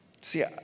See